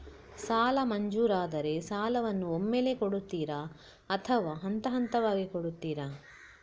ಸಾಲ ಮಂಜೂರಾದರೆ ಸಾಲವನ್ನು ಒಮ್ಮೆಲೇ ಕೊಡುತ್ತೀರಾ ಅಥವಾ ಹಂತಹಂತವಾಗಿ ಕೊಡುತ್ತೀರಾ?